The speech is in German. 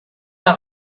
der